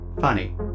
funny